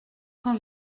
quand